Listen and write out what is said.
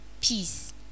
peace